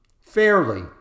fairly